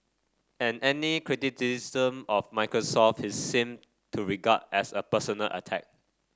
and any criticism of Microsoft he seemed to regard as a personal attack